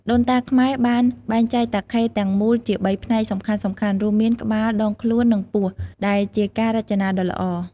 ដូនតាខ្មែរបានបែងចែកតាខេទាំងមូលជាបីផ្នែកសំខាន់ៗរួមមាន ក្បាល ដងខ្លួន និងពោះដែលជាការរចនាដ៏ល្អ។